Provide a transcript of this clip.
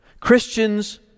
Christians